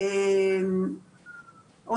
אוקיי, אנחנו